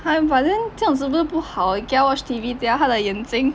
!huh! but then 这样子不是不好你给他 watch T_V 等下他的眼睛